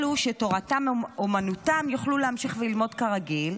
אלו שתורתם אומנותם יוכלו להמשיך ללמוד כרגיל,